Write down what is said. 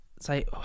Say